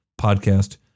podcast